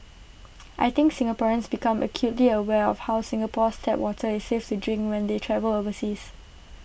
I think Singaporeans become acutely aware of how Singapore's tap water is safes to drink when they travel overseas